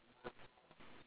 ya